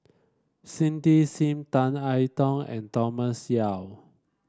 Cindy Sim Tan I Tong and Thomas Yeo